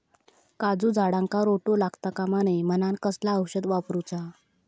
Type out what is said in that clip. काजूच्या झाडांका रोटो लागता कमा नये म्हनान कसला औषध वापरूचा?